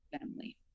family